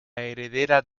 heredera